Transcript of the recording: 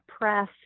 press